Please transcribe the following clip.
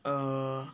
uh